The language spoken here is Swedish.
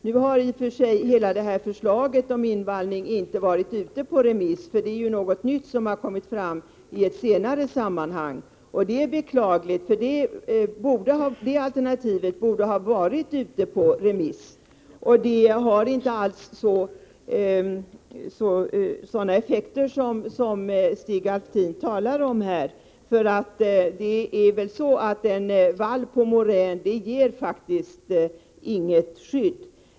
Nu har i och för sig inte hela förslaget om invallning varit ute på remiss, eftersom det är något nytt som har kommit fram i ett senare sammanhang. Det är beklagligt, eftersom detta alternativ borde ha varit ute på remiss. Detta alternativ får inte sådana effekter som Stig Alftin talar om. En vall på morän ger faktiskt inget skydd.